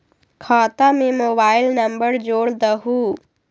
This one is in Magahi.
खाता में मोबाइल नंबर जोड़ दहु?